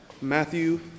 Matthew